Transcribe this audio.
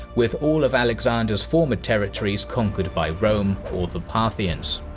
with all of alexander's former territories conquered by rome, or the parthians.